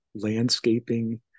landscaping